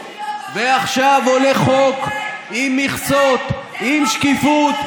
ועכשיו עולה חוק עם מכסות, עם שקיפות.